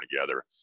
together